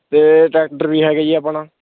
ਅਤੇ ਟ੍ਰੈਕਟਰ ਵੀ ਹੈਗਾ ਜੀ ਆਪਣਾ